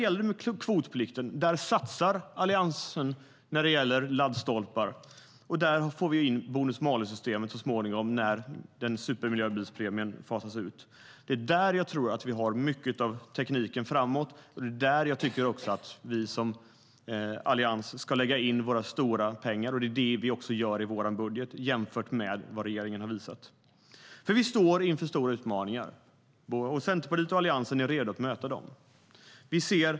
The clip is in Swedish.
Alliansen satsar när det gäller kvotplikten och laddstolpar. Vi får så småningom in bonus-malus-systemet när supermiljöbilspremien fasas ut. Det är där jag tror att vi kommer att ha mycket av tekniken framöver, och det är där jag tycker att vi som allians ska lägga in våra stora pengar, vilket vi också gör i vår budget, jämfört med regeringen. Vi står inför stora utmaningar. Centerpartiet och Alliansen är redo att möta dem.